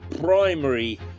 primary